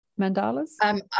mandalas